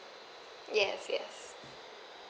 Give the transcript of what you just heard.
yes yes